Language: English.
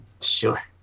Sure